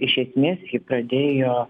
iš esmės ji pradėjo